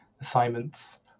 assignments